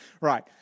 Right